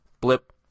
Blip